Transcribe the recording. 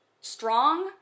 strong